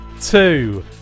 two